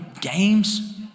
games